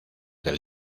del